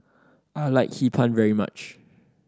I like Hee Pan very much